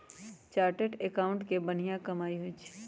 chartered accountant के बनिहा कमाई होई छई